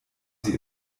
sie